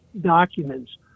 documents